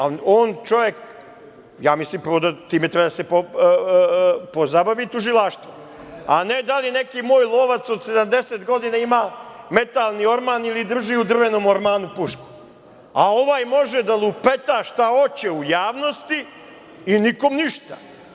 Ali on, čovek, ja mislim da prvo time treba da se pozabavi tužilaštvo, a ne da li neki moj lovac od 70 godina ima metalni orman ili drži u drvenom ormanu pušku, a ovaj može da lupeta šta hoće u javnosti i nikom ništa.